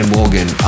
Morgan